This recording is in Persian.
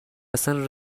اصلا